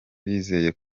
bizeye